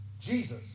Jesus